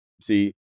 See